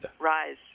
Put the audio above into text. Rise